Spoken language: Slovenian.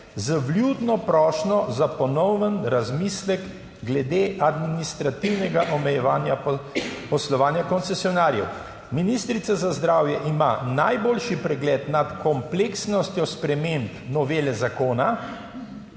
z vljudno prošnjo za ponoven razmislek glede administrativnega omejevanja, poslovanja koncesionarjev. Ministrica za zdravje ima najboljši pregled nad kompleksnostjo sprememb novele zakona